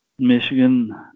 Michigan